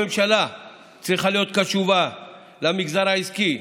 הממשלה צריכה להיות קשובה למגזר העסקי,